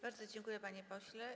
Bardzo dziękuję, panie pośle.